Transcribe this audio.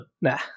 Nah